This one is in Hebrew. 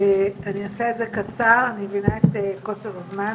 אני אעשה את זה קצר, אני מבינה את קוצר הזמן.